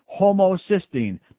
Homocysteine